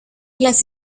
las